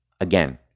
again